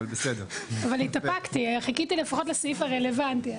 אבל התאפקתי, חיכיתי לפחות לסעיף הרלבנטי...